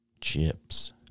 chips